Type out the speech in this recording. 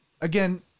again